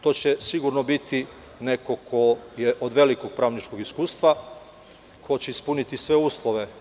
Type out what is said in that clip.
To će sigurno biti neko koje od velikog pravničkog iskustva, ko će ispuniti sve uslove.